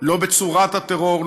לא בצורת הטרור,